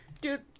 dude